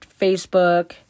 Facebook